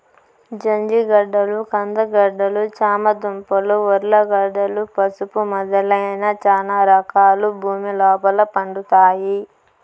జంజిగడ్డలు, కంద గడ్డలు, చామ దుంపలు, ఉర్లగడ్డలు, పసుపు మొదలైన చానా రకాలు భూమి లోపల పండుతాయి